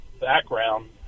background